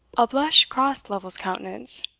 a blush crossed lovel's countenance.